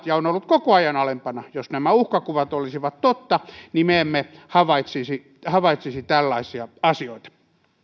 ja on ollut koko ajan alempana jos nämä uhkakuvat olisivat totta me emme havaitsisi havaitsisi tällaisia asioita